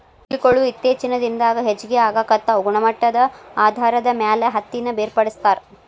mill ಗೊಳು ಇತ್ತೇಚಿನ ದಿನದಾಗ ಹೆಚಗಿ ಆಗಾಕತ್ತಾವ ಗುಣಮಟ್ಟದ ಆಧಾರದ ಮ್ಯಾಲ ಹತ್ತಿನ ಬೇರ್ಪಡಿಸತಾರ